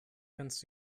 kannst